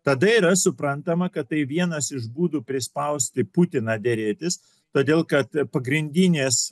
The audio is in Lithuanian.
tada yra suprantama kad tai vienas iš būdų prispausti putiną derėtis todėl kad pagrindinės